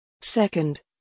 Second